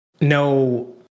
no